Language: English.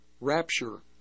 rapture